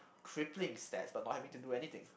crippling stats but not having to do anything